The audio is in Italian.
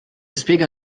spiega